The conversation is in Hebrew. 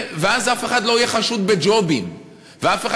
ואז אף אחד לא יהיה חשוד בג'ובים ואף אחד